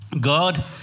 God